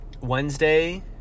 Wednesday